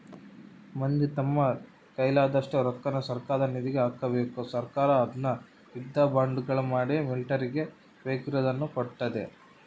ಮಂದಿ ತಮ್ಮ ಕೈಲಾದಷ್ಟು ರೊಕ್ಕನ ಸರ್ಕಾರದ ನಿಧಿಗೆ ಹಾಕಬೇಕು ಸರ್ಕಾರ ಅದ್ನ ಯುದ್ಧ ಬಾಂಡುಗಳ ಮಾಡಿ ಮಿಲಿಟರಿಗೆ ಬೇಕಿರುದ್ನ ಕೊಡ್ತತೆ